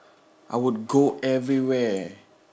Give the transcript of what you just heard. I would go everywhere